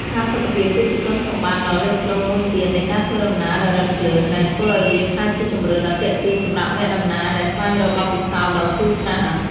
ផាសុកភាព គឺជាគុណសម្បត្តិដ៏លេចធ្លោមួយទៀតនៃការធ្វើដំណើរដោយរថភ្លើង ដែលធ្វើឱ្យវាក្លាយជាជម្រើសដ៏ទាក់ទាញសម្រាប់អ្នកដំណើរដែលស្វែងរកបទពិសោធន៍ដ៏ធូរស្រាល។